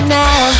now